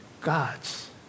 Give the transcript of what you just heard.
God's